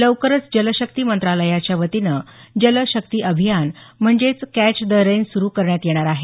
लवकरच जलशक्ती मंत्रालयाच्यावतीनं जल शक्ती अभियान म्हणजेच कॅच द रेन सुरू करण्यात येणार आहे